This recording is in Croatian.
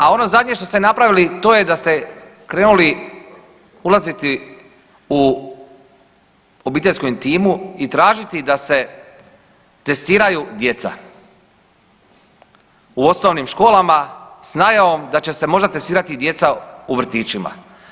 A ono zadnje što ste napravili to je da ste krenuli ulaziti u obiteljsku intimu i tražiti da se testiraju djeca u osnovnim školama s najavom da će se možda testirati i djeca u vrtićima.